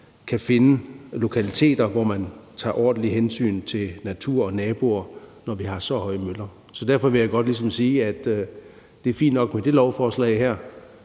kan finde lokaliteter, hvor man tager ordentligt hensyn til natur og naboer, når vi har så høje møller. Derfor vil jeg godt ligesom sige, at det er fint nok med det lovforslag her,